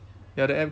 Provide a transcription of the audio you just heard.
ya the app